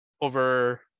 over